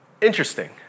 interesting